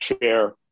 chair